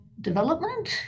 development